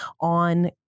on